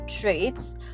traits